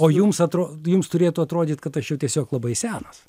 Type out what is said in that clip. o jums atro jums turėtų atrodyt kad aš jau tiesiog labai senas